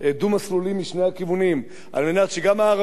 דו-מסלולי משני הכיוונים, על מנת שגם הערבים